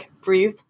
breathe